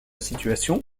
situation